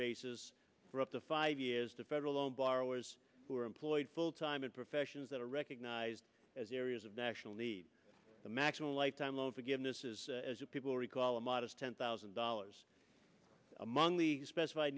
basis for up to five years to federal loan borrowers who are employed full time in professions that are recognized as areas of national need the maximum lifetime loan forgiveness is as a people recall a modest ten thousand dollars among the specif